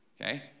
okay